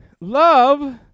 Love